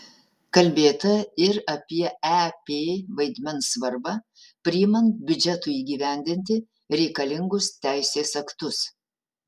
kalbėta ir apie ep vaidmens svarbą priimant biudžetui įgyvendinti reikalingus teisės aktus